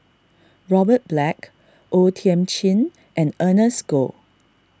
Robert Black O Thiam Chin and Ernest Goh